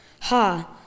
Ha